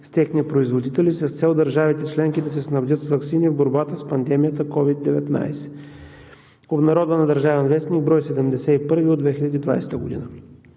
с техни производители с цел държавите членки да се снабдят с ваксини в борбата с пандемията COVID-19, обнародван в ДВ, бр. 71 от 2020 г.